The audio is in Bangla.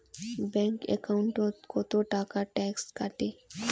ব্যাংক একাউন্টত কতো টাকা ট্যাক্স কাটে?